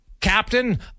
captain